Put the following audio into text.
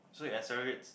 so it accelerates